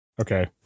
okay